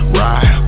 ride